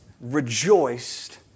rejoiced